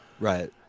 Right